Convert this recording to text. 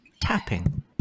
tapping